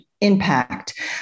impact